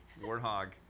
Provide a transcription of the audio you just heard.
warthog